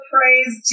Praise